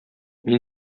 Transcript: мин